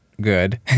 good